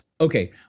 okay